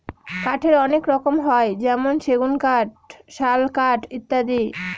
কাঠের অনেক রকম হয় যেমন সেগুন কাঠ, শাল কাঠ ইত্যাদি